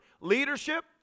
leadership